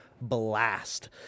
blast